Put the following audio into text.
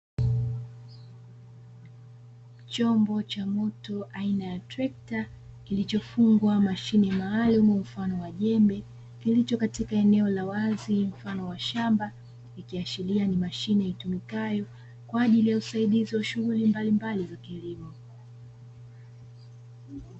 Chombo cha moto aina ya trekta kilichofungwa mashine maalumu mfano wa jembe, kilicho katika eneo la wazi mfano wa shamba, ikiashiria ni mashine itumikayo kwa ajili ya usaidizi wa shughuli mbalimbali za kilimo.